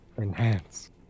Enhance